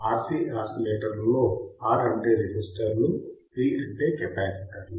RC ఆసిలేటర్లలో R అంటే రెసిస్టర్లు C అంటే కెపాసిటర్లు